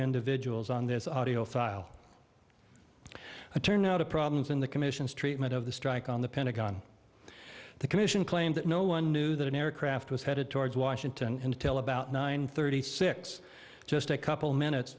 individuals on this audio file a turnout of problems in the commission's treatment of the strike on the pentagon the commission claimed that no one knew that an aircraft was headed towards washington until about nine thirty six just a couple minutes